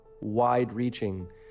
wide-reaching